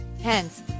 Hence